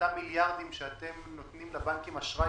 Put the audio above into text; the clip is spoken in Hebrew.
אותם מיליארדים שאתם נותנים לבנקים אשראי